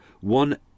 one